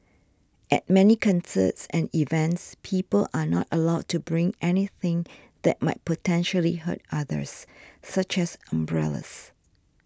at many concerts and events people are not allowed to bring anything that might potentially hurt others such as umbrellas